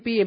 P M